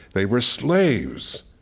they were slaves,